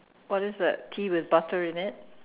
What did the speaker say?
what is that tea with butter in it